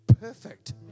perfect